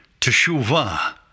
Teshuvah